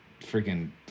freaking